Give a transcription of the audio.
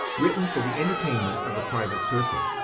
written for the entertainment of a private circle,